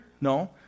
No